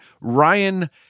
Ryan